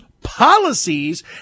policies